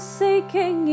seeking